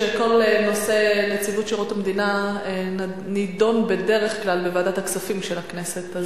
שכל נושא נציבות שירות המדינה נדון בדרך כלל בוועדת הכספים של הכנסת.